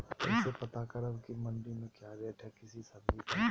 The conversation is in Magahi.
कैसे पता करब की मंडी में क्या रेट है किसी सब्जी का?